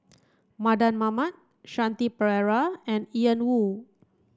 Mardan Mamat Shanti Pereira and Ian Woo